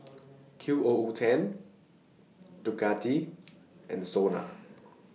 Q O O ten Ducati and Sona